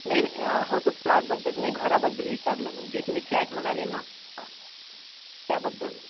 नाही नाही हो तो प्लॉटबद्दल नाही घराबद्दल विचारलं मी जे तुम्ही फ्लॅट म्हणाले ना हा त्याबद्दल